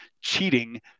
cheating